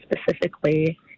specifically